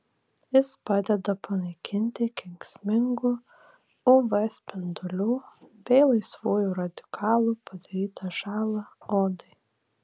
jis padeda panaikinti kenksmingų uv spindulių bei laisvųjų radikalų padarytą žalą odai